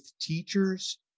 teachers